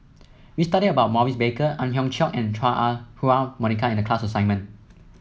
we studied about Maurice Baker Ang Hiong Chiok and Chua Ah Huwa Monica in the class assignment